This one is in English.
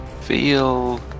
feel